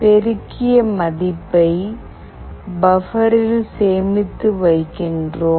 பெருக்கிய மதிப்பை பிவரில் சேமித்து வைக்கின்றோம்